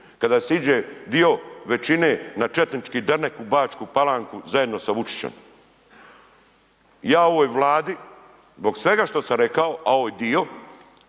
Kada se iđe dio većine na četnički dernek u Bačku Palanku zajedno sa Vučićem. Ja ovoj Vladi zbog svega što sam rekao, a ovo je dio